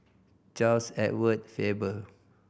Charles Edward Faber